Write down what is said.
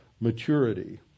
maturity